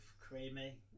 creamy